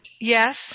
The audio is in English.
yes